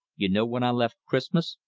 you know when i left christmas?